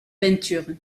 peinture